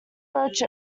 broach